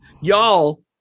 y'all